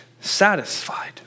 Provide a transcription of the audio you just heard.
satisfied